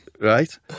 Right